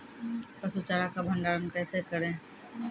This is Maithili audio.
पसु चारा का भंडारण कैसे करें?